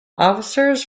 officers